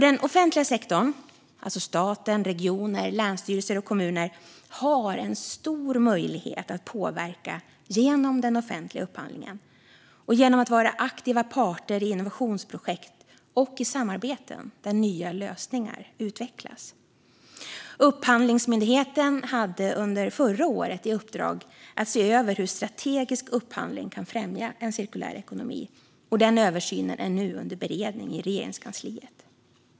Den offentliga sektorn - staten, regionerna, länsstyrelserna och kommunerna - har en stor möjlighet att påverka genom den offentliga upphandlingen och genom att vara aktiva parter i innovationsprojekt och i samarbeten där nya lösningar utvecklas. Upphandlingsmyndigheten hade under förra året i uppdrag att se över hur strategisk upphandling kan främja en cirkulär ekonomi. Den översynen är nu under beredning i Regeringskansliet.